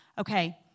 Okay